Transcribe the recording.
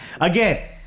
Again